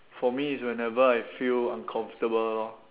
for me it's whenever I feel uncomfortable lor